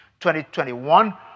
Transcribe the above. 2021